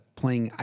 playing